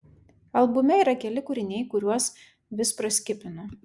albume yra keli kūriniai kuriuos vis praskipinu